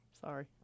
sorry